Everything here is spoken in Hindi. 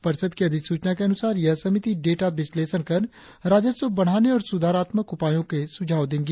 परिषद की अधिसूचना के अनुसार यह समिति डेटा विश्लेषण कर राजस्व बड़ाने और सुधारात्मक उपायों के सुझाव देगी